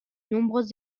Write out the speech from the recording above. nombreux